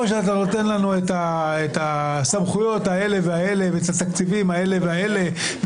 או שאתה נותן לנו את הסמכויות האלה והאלה ואת התקציבים האלה והאלה,